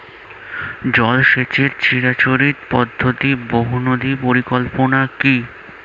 জল সেচের চিরাচরিত পদ্ধতি বহু নদী পরিকল্পনা কি?